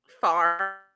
far